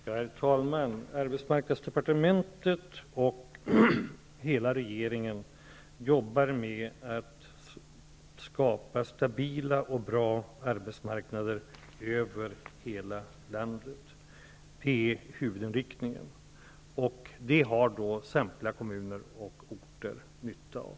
Herr talman! Arbetsmarknadsdepartementet och hela regeringen jobbar med att skapa stabila och bra arbetsmarknader över hela landet. Det är huvudinriktningen, och det har samtliga kommuner och orter nytta av.